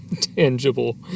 tangible